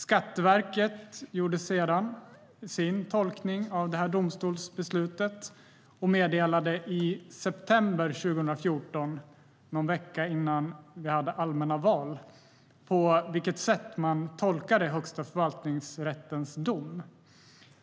Skatteverket gjorde sedan sin tolkning av domstolsbeslutet och meddelade i september förra året, någon vecka innan vi hade allmänna val, på vilket sätt man tolkade Högsta förvaltningsrättens dom.